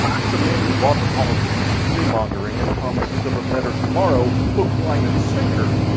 he's a man who bought the politician's fear mongering and promises of a better tomorrow hook line and sinker,